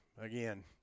again